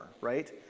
right